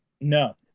No